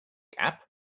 gap